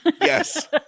Yes